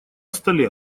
столе